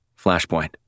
Flashpoint